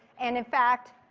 and in fact,